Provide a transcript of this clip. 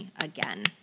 again